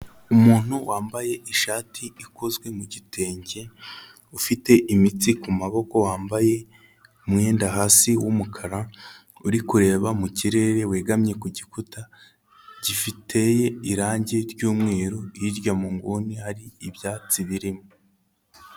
Umuntu wambaye ishati ikozwe mu gitenge, ufite imitsi ku maboko wambaye umwenda hasi w'umukara uri kureba mu kirere wegamye ku gikuta gifite irange ry'umweru, hirya mu nguni hari ibyatsi birimo.